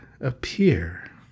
appear